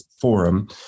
Forum